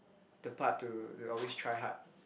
the part to to always try hard